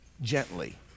gently